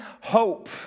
hope